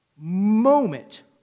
moment